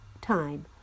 time